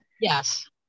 Yes